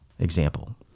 example